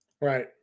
Right